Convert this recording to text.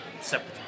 separate